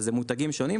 וזה מותגים שונים,